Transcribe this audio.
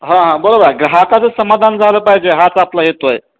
हां हां बरोबर आहे ग्राहकाचं समाधान झालं पाहिजे हाच आपला हेतू आहे